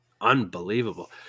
Unbelievable